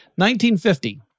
1950